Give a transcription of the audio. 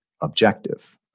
objective